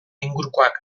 ingurukoak